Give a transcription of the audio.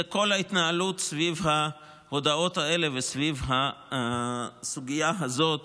זה כל ההתנהלות סביב ההודעות האלה וסביב הסוגיה הזאת